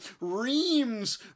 reams